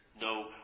No